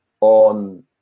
on